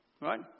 Right